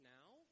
now